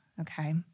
Okay